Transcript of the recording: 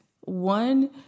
One